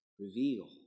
reveal